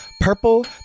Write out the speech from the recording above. purple